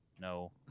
No